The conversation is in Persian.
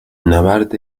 نبرد